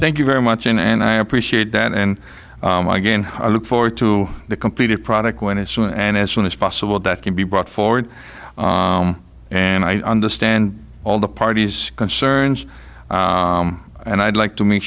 thank you very much in and i appreciate that and again i look forward to the completed product when it's soon and as soon as possible that can be brought forward and i understand all the parties concerns and i'd like to make